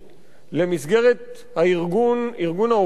למסגרת ארגון העובדים החדש,